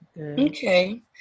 Okay